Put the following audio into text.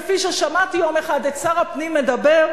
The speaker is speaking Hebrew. כפי ששמעתי יום אחד את שר הפנים מדבר,